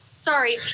Sorry